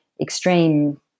extreme